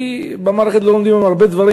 כי במערכת לא לומדים היום הרבה דברים.